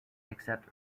except